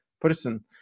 person